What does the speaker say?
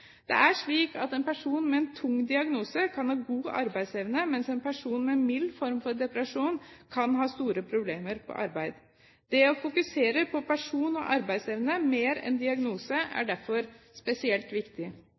Det er slik at en person med en tung diagnose kan ha god arbeidsevne, mens en person med en mild form for depresjon kan ha store problemer på arbeid. Det å fokusere på person og arbeidsevne mer enn diagnose er derfor spesielt viktig.